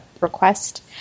request